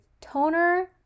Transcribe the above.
toner